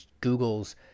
Google's